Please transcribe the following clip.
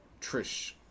Trish